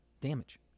damage